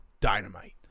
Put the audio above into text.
Dynamite